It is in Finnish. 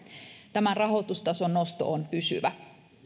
tämän rahoitustason nosto on pysyvä